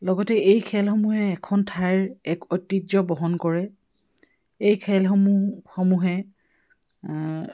লগতে এই খেলসমূহে এখন ঠাইৰ এক ঐতিহ্য বহন কৰে এই খেলসমূহ সমূহে